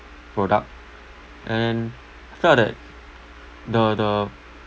product and I felt that the the